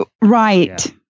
Right